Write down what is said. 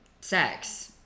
sex